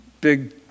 big